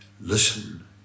Listen